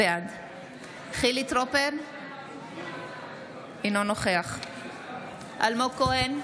בעד חילי טרופר, אינו נוכח אלמוג כהן,